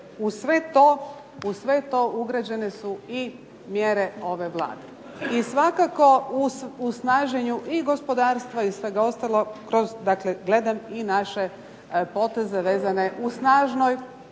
uz sve to ugrađene su i mjere ove Vlade. I svakako u snaženju i gospodarstva i svega ostalog kroz, dakle gledam i naše poteze u snažnoj,